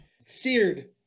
seared